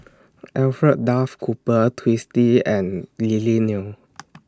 Alfred Duff Cooper Twisstii and Lily Neo